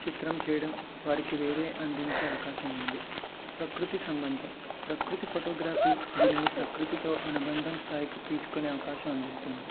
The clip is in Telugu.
చిత్రం చేయడం వారికి వేరే అందించే అవకాశం ఉంది ప్రకృతి సంబంధం ప్రకృతి ఫోటోగ్రఫీ దీనిని ప్రకృతితో అనుబంధం స్థాయికి తీసుకొనే అవకాశం అందిస్తుంది